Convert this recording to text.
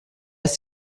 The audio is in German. ist